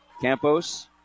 Campos